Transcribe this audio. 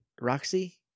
Roxy